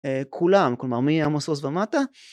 כולם כלומר מעמוס עוז ומטה